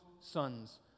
sons